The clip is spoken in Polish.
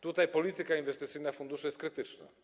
Tutaj polityka inwestycyjna funduszu jest krytyczna.